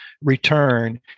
return